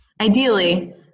Ideally